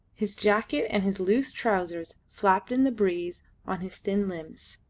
his jacket and his loose trousers flapped in the breeze on his thin limbs.